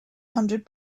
hundred